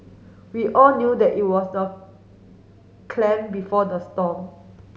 we all knew that it was the clam before the storm